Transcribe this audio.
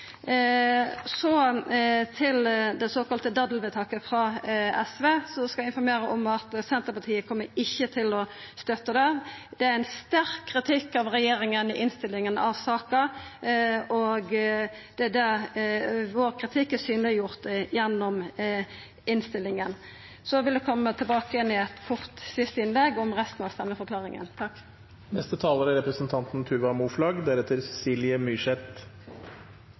Så til det såkalla daddelvedtaket frå SV: Eg skal informera om at Senterpartiet ikkje kjem til å støtta det. Det er ein sterk kritikk av regjeringa i innstillinga til saka, og kritikken vår er gjord synleg gjennom innstillinga. Eg vil koma tilbake med eit kort siste innlegg om resten av stemmeforklaringa. Jeg er også lite grann forundret over innleggene til representanten